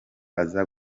aza